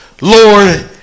Lord